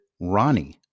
Ronnie